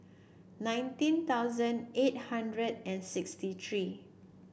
nineteen thousand eight hundred and sixty three